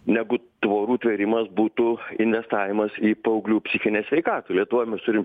negu tvorų tvėrimas būtų investavimas į paauglių psichinę sveikatą lietuvoj mes turim